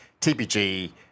TPG